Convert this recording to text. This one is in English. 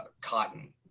cotton